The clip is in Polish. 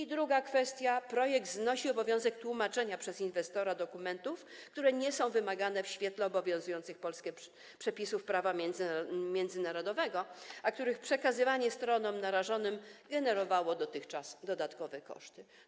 Po drugie, projekt znosi obowiązek tłumaczenia przez inwestora dokumentów, które nie są wymagane w świetle obowiązujących Polskę przepisów prawa międzynarodowego, a przekazywanie ich stronom narażonym generowało dotychczas dodatkowe koszty.